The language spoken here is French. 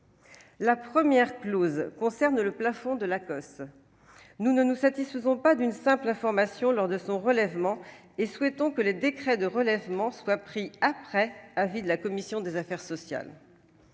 La première clause concerne le plafond d'emprunt de l'Acoss : nous ne nous satisfaisons pas d'une simple information lors de son relèvement. Nous souhaitons que les décrets soient pris après avis de la commission des affaires sociales.